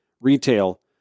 retail